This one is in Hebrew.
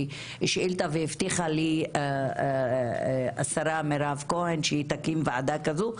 שאילתה והבטיחה לי השרה מירב כהן שהיא תקים ועדה כזו,